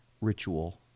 ritual